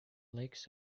legs